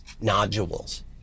Nodules